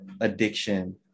addiction